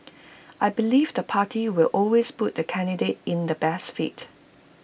I believe the party will always put the candidate in the best fit